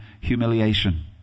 humiliation